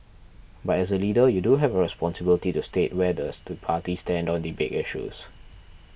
but as a leader you do have a responsibility to state where does the party stand on the big issues